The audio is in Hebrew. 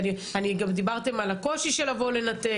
גם דיברתם על הקושי של לבוא לנתק,